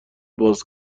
باز